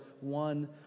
one